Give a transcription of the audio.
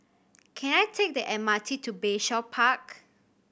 can I take the M R T to Bayshore Park